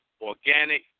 organic